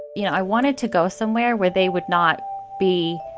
you know, i wanted to go somewhere where they would not be